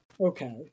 Okay